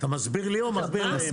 אתה מסביר לי או מסביר להם?